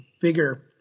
bigger